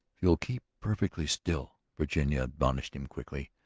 you'll keep perfectly still, virginia admonished him quickly,